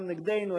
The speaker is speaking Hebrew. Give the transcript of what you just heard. כולם נגדנו,